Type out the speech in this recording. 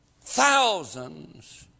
thousands